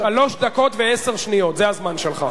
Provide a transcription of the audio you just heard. שלוש דקות ועשר שניות, זה הזמן שלך.